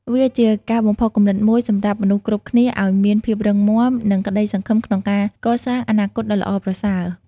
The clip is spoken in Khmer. វាជាការបំផុសគំនិតមួយសម្រាប់មនុស្សគ្រប់គ្នាឲ្យមានភាពរឹងមាំ និងក្ដីសង្ឃឹមក្នុងការកសាងអនាគតដ៏ល្អប្រសើរ។